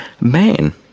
man